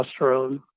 testosterone